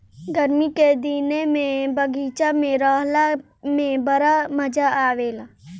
गरमी के दिने में बगीचा में रहला में बड़ा मजा आवेला